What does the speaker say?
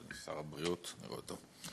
אדוני שר הבריאות, אני רואה אותו.